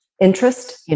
interest